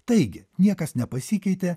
taigi niekas nepasikeitė